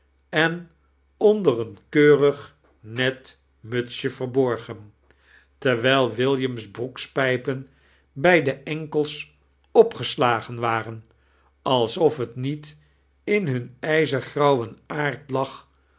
en onder een keurig net mutsje verborgen terwijli williiam's broekspijpen bij de enkels opgeslagen waren alsof het ndet in hun ijzergra uwen aard lag